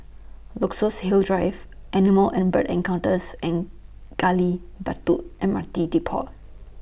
Luxus Hill Drive Animal and Bird Encounters and Gali Batu M R T Depot